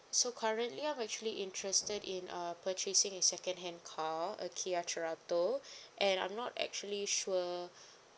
so currently I'm actually interested in uh purchasing a second hand car okay a cerato and I'm not actually sure